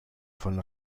von